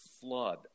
flood